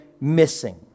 missing